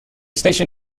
station